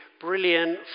brilliant